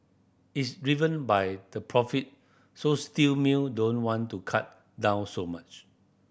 it's driven by the profit so steel mill don't want to cut down so much